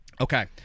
Okay